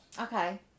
Okay